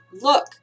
Look